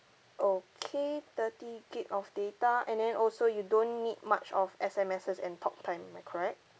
okay thirty gig of data and then also you don't need much of S_M_Ses and talk time am I correct